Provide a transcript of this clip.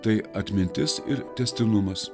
tai atmintis ir tęstinumas